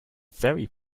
very